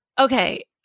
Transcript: Okay